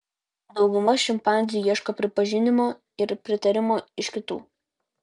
dauguma šimpanzių ieško pripažinimo ir pritarimo iš kitų